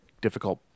Difficult